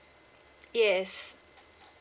yes